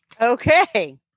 Okay